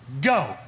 go